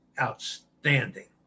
outstanding